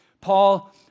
Paul